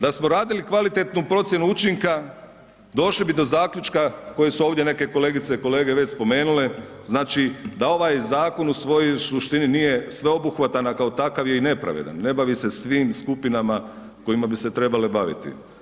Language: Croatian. Da smo radili kvalitetno procjenu učinka došli bi do zaključka koji su ovdje neke kolegice i kolege već spomenule, znači da ovaj zakon u svojoj suštini nije sveobuhvatan, a kao takav je i nepravedan ne bavi se svih skupinama kojima bi se trebale baviti.